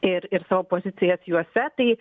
ir ir savo pozicijas juose tai